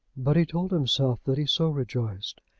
but he told himself that he so rejoiced,